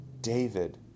David